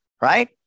right